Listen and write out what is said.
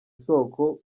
isoko